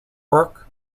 work